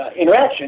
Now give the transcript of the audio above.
interaction